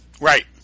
Right